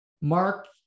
Mark